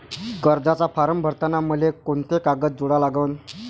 कर्जाचा फारम भरताना मले कोंते कागद जोडा लागन?